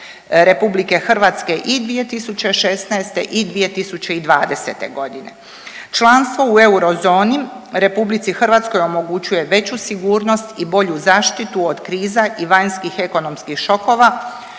Vlade RH i 2016. i 2020.g. Članstvo u eurozoni RH omogućuje veću sigurnost i bolju zaštitu od kriza i vanjskih ekonomskih šokova,